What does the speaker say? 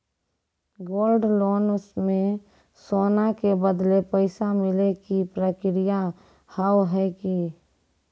Gold loan मे सोना के बदले पैसा मिले के प्रक्रिया हाव है की?